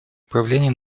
управления